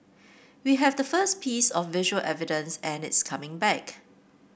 we have the first piece of visual evidence and it's coming back